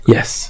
Yes